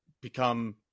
become